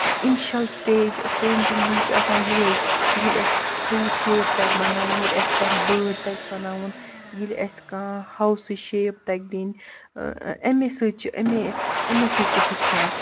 initial stage painting ہٕنٛز چھِ آسان یِہوٚے ییٚلہِ اَسہِ فروٗٹ شیپ تَگہِ بَناوُن ییٚلہِ اَسہِ کانٛہہ بٲڈ تَگہِ بَناوُن ییٚلہِ اَسہِ کانٛہہ ہاوسٕچ شیپ تَگہِ دِنۍ اَمے سۭتۍ چھِ اَمے اَمے سۭتۍ چھِ ہیٚچھان